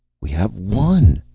we have won!